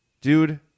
Dude